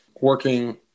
Working